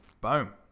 boom